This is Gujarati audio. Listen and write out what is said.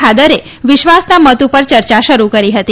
ખાદરે વિશ્વાસના મત ઉપર ચર્ચા શરૂ કરી હતી